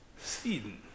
Sweden